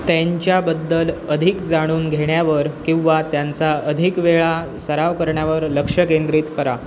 त्यांच्याबद्दल अधिक जाणून घेण्यावर किंवा त्यांचा अधिक वेळा सराव करण्यावर लक्ष केंद्रित करा